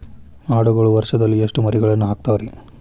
ಆಡುಗಳು ವರುಷದಲ್ಲಿ ಎಷ್ಟು ಮರಿಗಳನ್ನು ಹಾಕ್ತಾವ ರೇ?